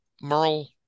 merle